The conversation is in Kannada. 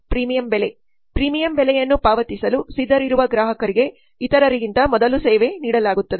ಪ್ರೀಮಿಯಂ ಬೆಲೆ ಪ್ರೀಮಿಯಂ ಬೆಲೆಯನ್ನು ಪಾವತಿಸಲು ಸಿದ್ಧರಿರುವ ಗ್ರಾಹಕರಿಗೆ ಇತರರಿಗಿಂತ ಮೊದಲು ಸೇವೆ ನೀಡಲಾಗುತ್ತದೆ